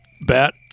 Bat